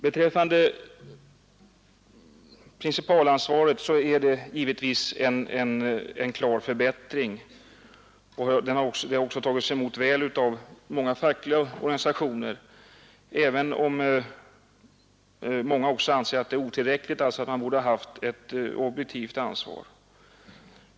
Beträffande principalansvaret innebär propositionen givetvis en klar förbättring, som har fått ett gott mottagande av många fackliga organisationer, även om många också anser att det är otillräckligt och att man borde ha haft ett objektivt ansvar.